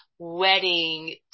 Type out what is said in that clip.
wedding